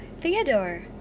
Theodore